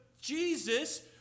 Jesus